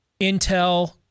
intel